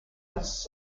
als